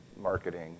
marketing